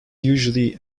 usually